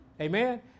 Amen